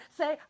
say